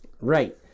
Right